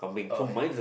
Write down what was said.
oh